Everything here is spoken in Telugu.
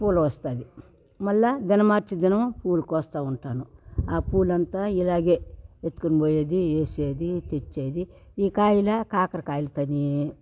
పూలు వస్తాది మళ్ళా దినం మార్చి దినం కోస్తా ఉంటాను ఆ పూలంతా ఇలాగే ఎత్తుకుని పోయేది వేసేది తెచ్చేది ఈ కాయలు కాకరకాయలు తోని